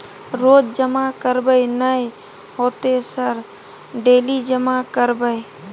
रोज जमा करबे नए होते सर डेली जमा करैबै?